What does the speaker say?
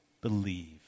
believe